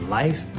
life